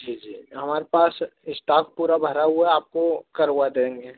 जी जी हमारे पास इस्टाक पूरा भरा हुआ है आपको करवा देंगे